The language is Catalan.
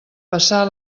passar